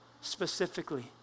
specifically